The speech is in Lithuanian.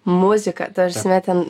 muzika tarsi ten